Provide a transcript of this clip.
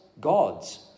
gods